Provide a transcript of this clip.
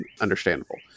understandable